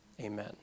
amen